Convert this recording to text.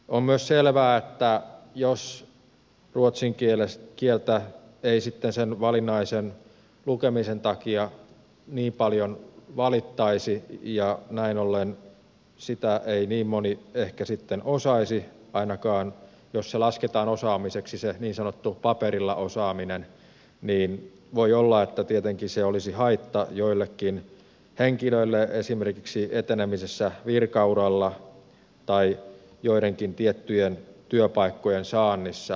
on myös selvää että jos ruotsin kieltä ei sitten sen valinnaisen lukemisen takia niin paljon valittaisi ja näin ollen sitä ei niin moni ehkä sitten osaisi ainakaan jos lasketaan osaamiseksi se niin sanottu paperilla osaaminen niin voi olla että tietenkin se olisi haitta joillekin henkilöille esimerkiksi etenemisessä virkauralla tai joidenkin tiettyjen työpaikkojen saannissa